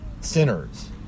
sinners